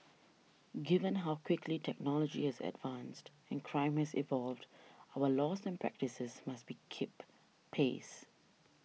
given how quickly technology has advanced in crime has evolved our laws and practices must be keep pace